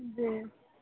दें